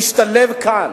להשתלב כאן.